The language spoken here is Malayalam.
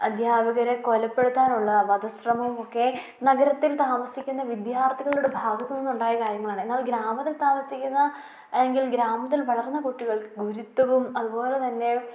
അധ്യാപകരെ കൊലപ്പെടുത്താനുള്ള വധശ്രമവും ഒക്കെ നഗരത്തിൽ താമസിക്കുന്ന വിദ്യാർത്ഥികളുടെ ഭാഗത്ത് നിന്ന് ഉണ്ടായ കാര്യങ്ങളാണ് എന്നാൽ ഗ്രാമത്തിൽ താമസിക്കുന്ന അല്ലെങ്കിൽ ഗ്രാമത്തിൽ വളർന്ന കുട്ടികൾക്ക് ഗുരുത്തവും അതുപോലെത്തന്നെ